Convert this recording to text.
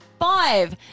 Five